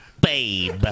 Babe